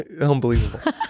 unbelievable